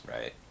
right